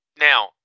Now